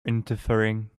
interfering